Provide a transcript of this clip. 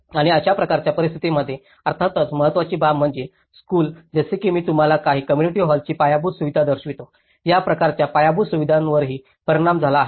आणि अशा प्रकारच्या परिस्थितींमध्ये अर्थातच महत्त्वाची बाब म्हणजे स्कूल जसे की मी तुम्हाला काही कोम्मुनिटी हॉलची पायाभूत सुविधा दर्शविली या प्रकारच्या पायाभूत सुविधांवरही परिणाम झाला आहे